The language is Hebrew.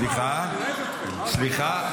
סליחה, סליחה.